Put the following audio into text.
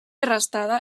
arrestada